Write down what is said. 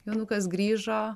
jonukas grįžo